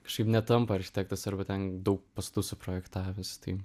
kažkaip netampa architektas arba ten daug pastatų suprojektavęs tai